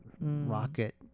rocket